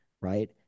right